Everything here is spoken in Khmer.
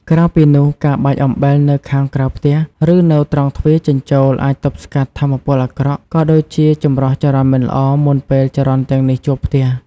ក្រៅពីនោះ ការបាចអំបិលនៅខាងក្រៅផ្ទះ ឬនៅត្រង់ទ្វារចេញចូល អាចទប់ស្កាត់ថាមពលអាក្រក់ ក៏ដូចជាចម្រោះចរន្តមិនល្អមុនពេលចរន្តទាំងនេះចូលផ្ទះ។